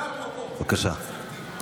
בבקשה.